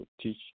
teach